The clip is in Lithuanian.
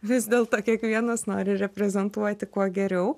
vis dėlto kiekvienas nori reprezentuoti kuo geriau